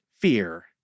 fear